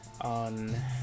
on